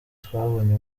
twabonye